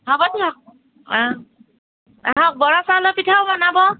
হ'ব দিয়ক অঁ বৰা চাউলৰ পিঠাও বনাব